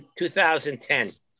2010